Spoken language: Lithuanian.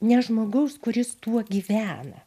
ne žmogaus kuris tuo gyvena